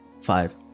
five